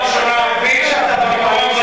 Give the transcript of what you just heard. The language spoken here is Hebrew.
כי ביישוב שאתה מתגורר בו,